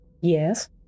Yes